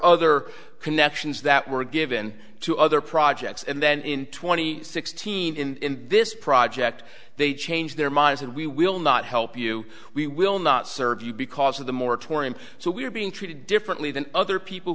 other connections that were given to other projects and then in twenty sixteen in this project they changed their minds and we will not help you we will not serve you because of the moratorium so we are being treated differently than other people